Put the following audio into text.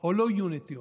או לא יהיו נטיעות,